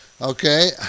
okay